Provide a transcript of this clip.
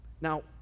Now